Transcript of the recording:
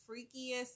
freakiest